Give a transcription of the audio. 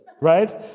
right